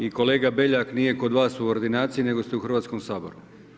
I kolega Beljak nije kod vas u ordinaciji nego ste u Hrvatskom saboru.